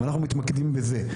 ואנחנו מתמקדים בזה.